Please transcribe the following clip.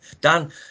Dan